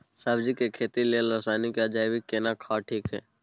सब्जी के खेती लेल रसायनिक या जैविक केना खाद ठीक ये?